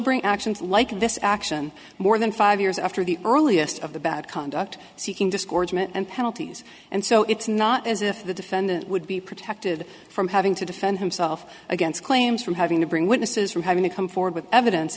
bring actions like this action more than five years after the earliest of the bad conduct seeking discordant and penalties and so it's not as if the defendant would be protected from having to defend himself against claims from having to bring witnesses from having to come forward with evidence